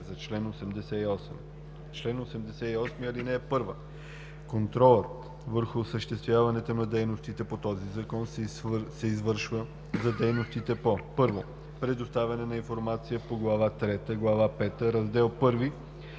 за чл. 88: „Чл. 88. (1) Контролът върху осъществяването на дейностите по този закон се извършва за дейностите по: 1. предоставяне на информация по Глава трета, Глава пета, Раздел I